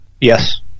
yes